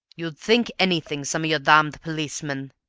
you'd think anything, some of you damned policemen,